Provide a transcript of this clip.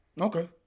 Okay